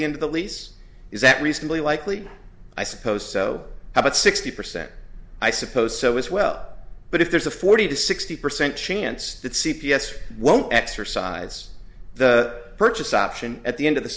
the end of the lease is that reasonably likely i suppose so about sixty percent i suppose so as well but if there's a forty to sixty percent chance that c p s won't exercise the purchase option at the end of the